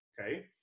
okay